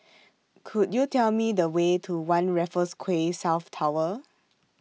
Could YOU Tell Me The Way to one Raffles Quay South Tower